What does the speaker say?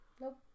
Nope